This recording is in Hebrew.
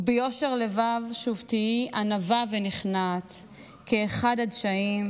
/ וביושר לבב שוב / תהיי ענווה ונכנעת / כאחד הדשאים,